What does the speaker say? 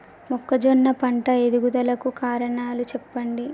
మొక్కజొన్న పంట ఎదుగుదల కు కారణాలు చెప్పండి?